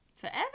Forever